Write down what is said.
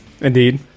Indeed